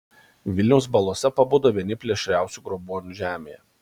vilniaus balose pabudo vieni plėšriausių grobuonių žemėje